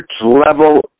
level